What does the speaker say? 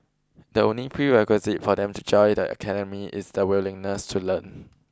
the only prerequisite for them to join the academy is the willingness to learn